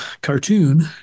cartoon